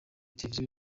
televiziyo